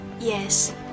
Yes